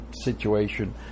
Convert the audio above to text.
situation